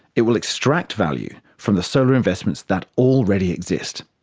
it will extract value from the solar investments that already exist.